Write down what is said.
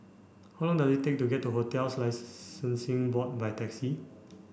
how long does it take to get to Hotels Board by taxi